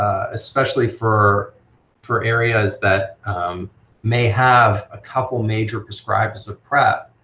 especially for for areas that may have a couple major prescribers of prep,